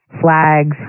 Flags